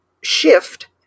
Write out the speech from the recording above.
shift